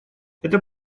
это